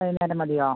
വൈകുന്നേരം മതിയോ